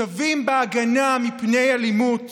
שווים בהגנה מפני אלימות,